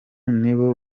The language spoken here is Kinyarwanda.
nibo